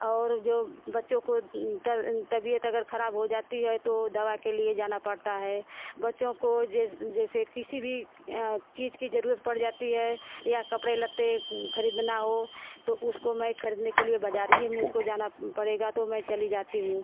और जो बच्चों को तब तबियत अगर खराब हो जाती है तो दबा के लिये जाना पड़ता है बच्चों को जैसे किसी भी चीज़ की जरूरत पड़ जाती है या कपड़े लत्ते खरीदना हो तो उसको मैं खरीदने के लिये बाज़ार ही मुझको जाना पड़ेगा तो मैं चली जाती हूँ